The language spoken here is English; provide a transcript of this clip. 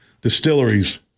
Distilleries